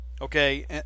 okay